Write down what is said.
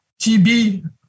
TB